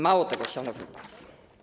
Mało tego, szanowni państwo.